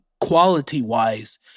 quality-wise